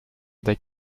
they